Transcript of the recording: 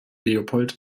leopold